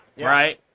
right